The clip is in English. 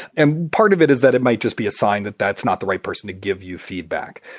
and part of it is that it might just be a sign that that's not the right person to give you feedback.